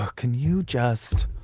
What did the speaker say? ah can you just.